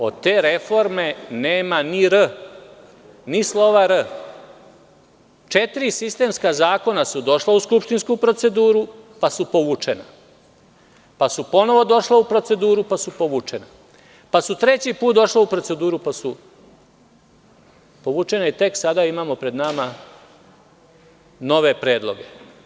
Od te reforme nema ni slova - r. Četiri sistemska zakona su došla u skupštinsku proceduru pa su povučena, pa su ponovo došla u proceduru pa su povučena, pa su treći put došla u proceduru pa su povučena i tek sad imamo pred nama nove predloge.